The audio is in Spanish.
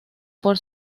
por